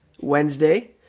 Wednesday